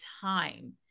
time